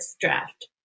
draft